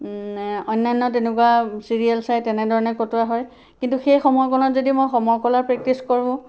অন্যান্য তেনেকুৱা চিৰিয়েল চাই তেনেধৰণে কটোৱা হয় কিন্তু সেই সময়কণত যদি মই সমৰ কলা প্ৰেক্টিচ কৰোঁ